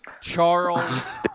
Charles